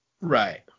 Right